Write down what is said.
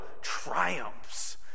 triumphs